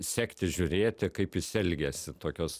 sekti žiūrėti kaip jis elgiasi tokios